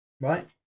Right